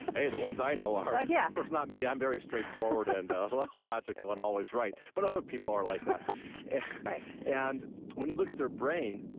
hey, the ones i know are. of yeah course, not me. i'm very straightforward, and like logical, and always right. but other people are like that right and when you look at their brain,